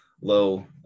low